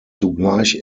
zugleich